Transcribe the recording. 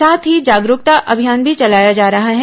साथ ही जागरूकता अभियान भी चलाया जा रहा है